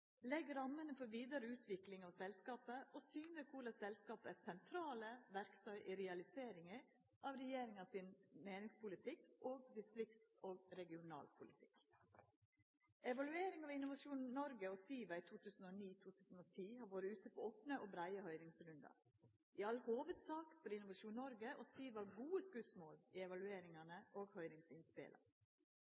legg rammene for vidare utvikling av selskapa og syner korleis selskapa er sentrale verktøy i realiseringa av regjeringa sin næringspolitikk og distrikts- og regionalpolitikk. Evalueringa av Innovasjon Norge og SIVA i 2009 og 2010 har vore ute på opne og breie høyringsrundar, og i all hovudsak får Innovasjon Norge og SIVA gode skotsmål i evalueringane og høyringsinnspela.